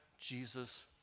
Jesus